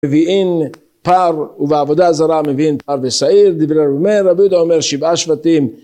ואין פר ובעבודה זרה מבין פר וסעיר דיברנו מה רבותו אומר שבעשוותים